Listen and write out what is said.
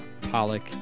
Pollock